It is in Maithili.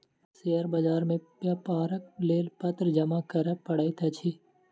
शेयर बाजार मे व्यापारक लेल पत्र जमा करअ पड़ैत अछि